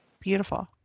Beautiful